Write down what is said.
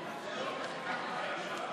התשפ"ג 2023,